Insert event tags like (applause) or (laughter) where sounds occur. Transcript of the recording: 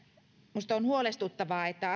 minusta on huolestuttavaa että (unintelligible)